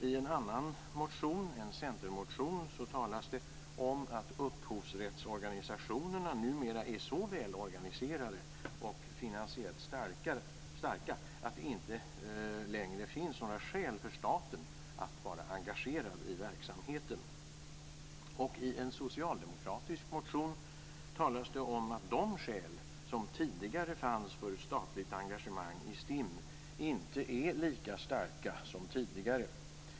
I en annan motion, en centermotion, talas det om att upphovsrättsorganisationerna numera är så välorganiserade och finansiellt starka att det inte längre finns några skäl för staten att vara engagerad i verksamheten. I en socialdemokratisk motion talas det om att de skäl som tidigare fanns för statligt engagemang i STIM inte är lika starka som tidigare.